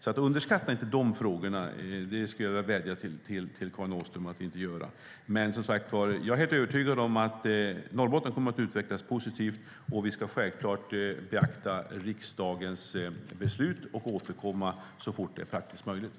Jag skulle alltså vilja vädja till Karin Åström att inte underskatta de frågorna. Jag är som sagt helt övertygad om att Norrbotten kommer att utvecklas positivt. Vi ska självklart beakta riksdagens beslut och återkomma så fort det är praktiskt möjligt.